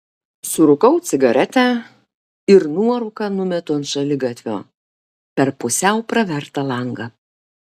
surūkau cigaretę ir nuorūką numetu ant šaligatvio per pusiau pravertą langą